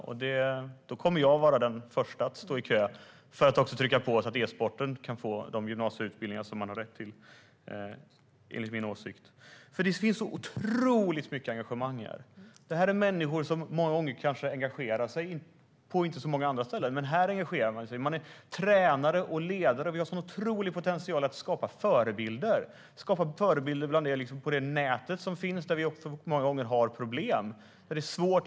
Jag kommer att vara den förste i kö för att trycka på så att också e-sporten kan få de gymnasieutbildningar som man har rätt till, enligt min åsikt. Det finns otroligt mycket engagemang här. Detta är människor som många gånger inte engagerar sig på andra ställen, men här engagerar de sig. De är tränare och ledare. Vi har en otrolig potential när det gäller att skapa förebilder på det nät som finns. Där har vi många gånger problem med att nå ut.